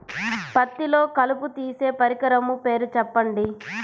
పత్తిలో కలుపు తీసే పరికరము పేరు చెప్పండి